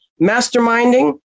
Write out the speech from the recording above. masterminding